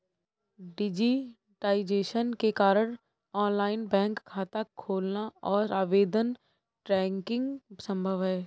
digitisation के कारण online bank खाता खोलना और आवेदन ट्रैकिंग संभव हैं